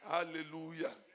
Hallelujah